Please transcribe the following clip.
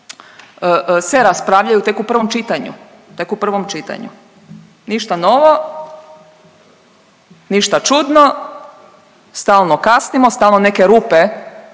u prvom čitanju, tek u prvom čitanju. Ništa novo, ništa čudno, stalno kasnimo, stalno neke rupe